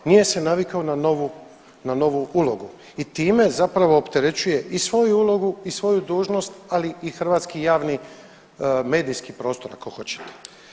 Nije se navikao na novu ulogu i time zapravo opterećuje i svoju ulogu, i svoju dužnost ali i hrvatski javni medijski prostor ako hoćete.